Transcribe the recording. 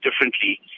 differently